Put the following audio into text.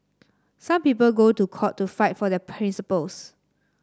some people go to court to fight for their principles